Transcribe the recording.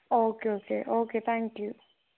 okay okay okay thank you